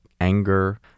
anger